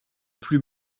plus